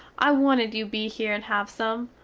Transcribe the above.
i wanted you be here and have some!